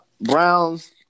Browns